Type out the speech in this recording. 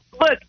look